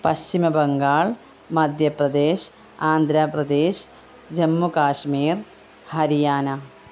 Paschim Bangal Madhya Pradesh Andhra Pradesh Jammu Kashmir Haryana